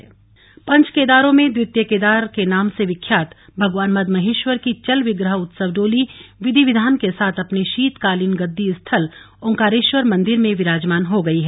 ओंकारेश्वर मंदिर पंच केदारों में द्वितीय केदार के नाम से विख्यात भगवान मदमहेश्वर की चल विग्रह उत्सव डोली विधि विधान के साथ अपने शीतकालीन गद्दी स्थल ओंकारेश्वर मन्दिर में विराजमान हो गई है